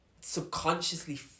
subconsciously